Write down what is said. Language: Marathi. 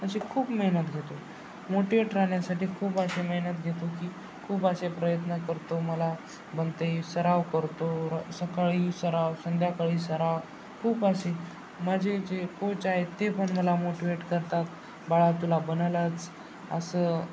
अशी खूप मेहनत घेतो मोटिवेट राहण्यासाठी खूप अशी मेहनत घेतो की खूप असे प्रयत्न करतो मला बनते सराव करतो सकाळी सराव संध्याकाळी सराव खूप असे माझे जे कोच आहे ते पण मला मोटिवेट करतात बाळा तुला बनेलच असं